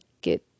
get